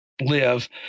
live